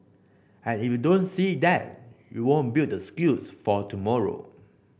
and if you don't see that you won't build the skills for tomorrow